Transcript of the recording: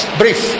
brief